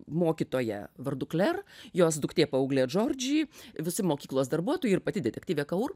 mokytoja vardu kler jos duktė paauglė džordži visi mokyklos darbuotojai ir pati detektyvė kour